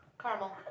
Caramel